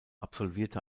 absolvierte